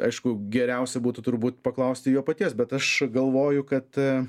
aišku geriausia būtų turbūt paklausti jo paties bet aš galvoju kad